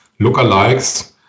lookalikes